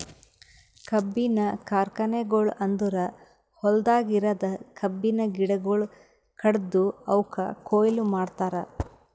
ಕಬ್ಬಿನ ಕಾರ್ಖಾನೆಗೊಳ್ ಅಂದುರ್ ಹೊಲ್ದಾಗ್ ಇರದ್ ಕಬ್ಬಿನ ಗಿಡಗೊಳ್ ಕಡ್ದು ಅವುಕ್ ಕೊಯ್ಲಿ ಮಾಡ್ತಾರ್